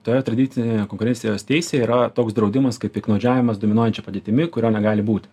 toje tradicinėje konkurencijos teisėj yra toks draudimas kaip piktnaudžiavimas dominuojančia padėtimi kurio negali būti